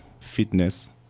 fitness